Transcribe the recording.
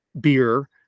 Beer